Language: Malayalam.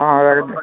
ആ